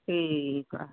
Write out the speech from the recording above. ਠੀਕ ਆ